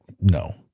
No